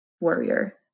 warrior